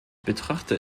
betrachte